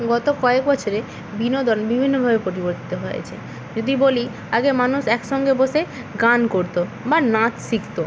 গত কয়েক বছরে বিনোদন বিভিন্নভাবে পরিবর্তিত হয়েছে যদি বলি আগে মানুষ একসঙ্গে বসে গান করতো বা নাচ শিখতো